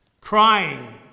Crying